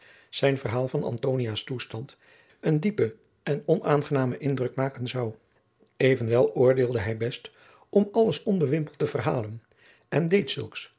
zijn verhaal van antonia's toestand een diepen en onaangenamen indruk maken zou evenwel oordeelde hij best om alles onbewimpeld te verhalen en deed zulks